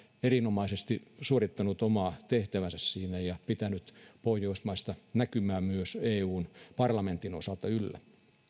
erinomaisesti suorittanut omaa tehtäväänsä siinä ja pitänyt pohjoismaista näkymää myös eun parlamentin osalta yllä